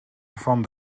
van